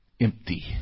empty